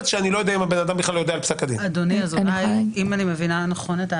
כשאני לא יודע אם הבן אדם בכלל יודע על פסק הדין.